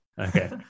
Okay